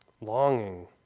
longing